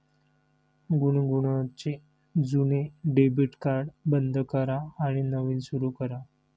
गुनगुनचे जुने debit card बंद करा आणि नवीन सुरू करा